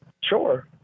Sure